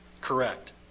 correct